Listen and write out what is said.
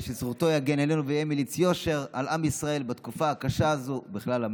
ושזכותו תגן עלינו ויהיה מליץ יושר על עם ישראל בתקופה הקשה הזאת ובכלל,